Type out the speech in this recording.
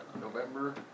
November